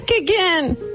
again